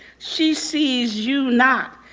she sees you not,